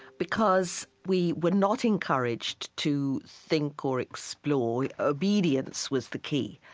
because we were not encouraged to think or explore obedience was the key,